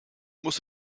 muss